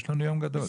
יש לנו יום גדול.